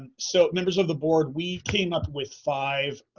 so, members of the board, we came up with five,